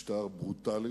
משטר ברוטלי